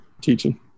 teaching